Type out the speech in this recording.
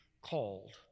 called